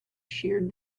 sheared